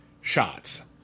shots